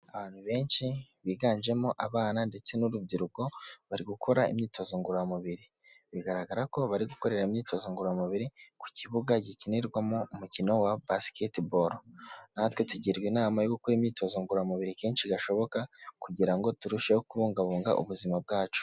Abantu benshi biganjemo abana ndetse n'urubyiruko, bari gukora imyitozo ngororamubiri, bigaragara ko bari gukorera imyitozo ngororamubiri ku kibuga gikinirwamo umukino wa Basketball, natwe tugirwa inama yo gukora imyitozo ngoramubiri kenshi gashoboka kugira ngo turusheho kubungabunga ubuzima bwacu.